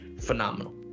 phenomenal